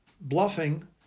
bluffing